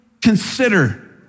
consider